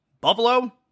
Buffalo